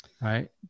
Right